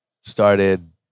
started